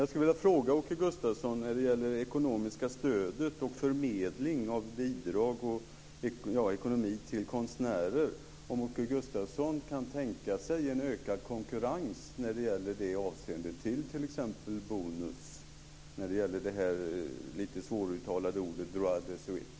Jag skulle vilja fråga Åke Gustavsson när det gäller det ekonomiska stödet och förmedling av bidrag till konstnärer om Åke Gustavsson kan tänka sig en ökad konkurrens i det avseendet, t.ex. Bonus, i fråga om det lite svåruttalade uttrycket droit de suite.